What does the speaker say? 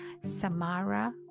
Samara